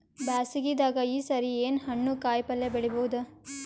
ಬ್ಯಾಸಗಿ ದಾಗ ಈ ಸರಿ ಏನ್ ಹಣ್ಣು, ಕಾಯಿ ಪಲ್ಯ ಬೆಳಿ ಬಹುದ?